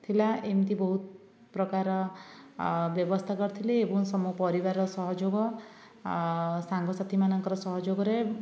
ଥିଲା ଏମିତି ବହୁତ ପ୍ରକାର ବ୍ୟବସ୍ଥା କରିଥିଲି ସମ ମୋ ପରିବାର ସହଯୋଗ ଆଉ ସାଙ୍ଗସାଥିମାନଙ୍କ ସହଯୋଗରେ